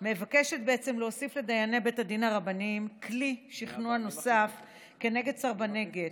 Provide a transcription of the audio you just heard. מבקשת להוסיף לדייני בתי הדין הרבניים כלי שכנוע נוסף כנגד סרבני גט: